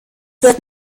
wird